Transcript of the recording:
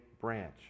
branch